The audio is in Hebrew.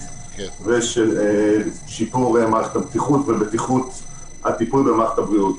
ושל שיפור מערכת הבטיחות ובטיחות הטיפול במערכת הבריאות.